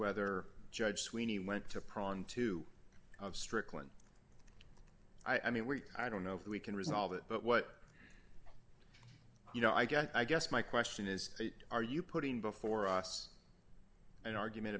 whether judge sweeney went to prong two of strickland i mean we i don't know if we can resolve it but what you know i guess i guess my question is are you putting before us an argument